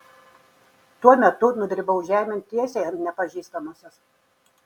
tuo metu nudribau žemėn tiesiai ant nepažįstamosios